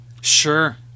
sure